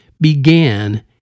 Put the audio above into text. began